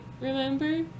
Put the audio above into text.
remember